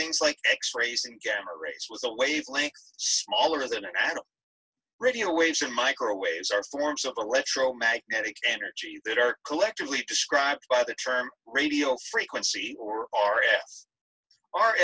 things like x rays and gamma rays was a wavelength smaller than an atom radio waves in microwaves are forms of electromagnetic energy that are collectively described by the term radio frequency r